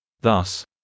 Thus